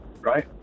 Right